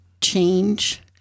change